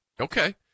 Okay